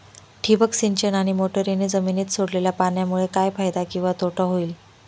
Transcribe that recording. ठिबक सिंचन आणि मोटरीने जमिनीत सोडलेल्या पाण्यामुळे काय फायदा किंवा तोटा होईल?